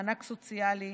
מענק סוציאלי,